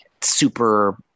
super